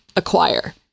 Acquire